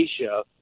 Asia